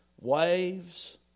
Waves